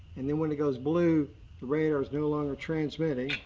and then when it goes blue, the radar is no longer transmitting.